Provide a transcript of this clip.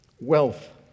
wealth